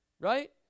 Right